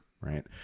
right